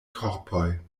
korpoj